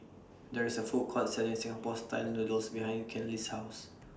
There IS A Food Court Selling Singapore Style Noodles behind Kenley's House